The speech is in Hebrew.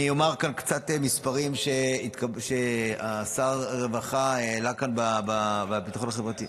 אני אומר כאן קצת מספרים ששר הרווחה העלה כאן על ביטחון חברתי.